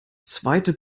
zweite